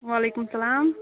وعلیکُم سلام